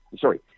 Sorry